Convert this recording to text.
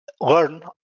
learn